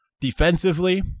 Defensively